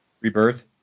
rebirth